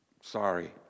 Sorry